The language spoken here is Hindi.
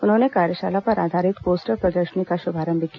उन्होंने कार्यशाला पर आधारित पोस्टर प्रदर्शनी का शुभारंभ किया